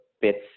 bits